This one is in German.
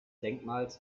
denkmals